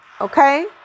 Okay